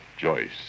Joyce